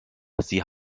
sie